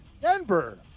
Denver